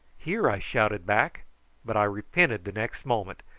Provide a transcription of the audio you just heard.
here! i shouted back but i repented the next moment,